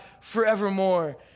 forevermore